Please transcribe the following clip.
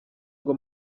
ngo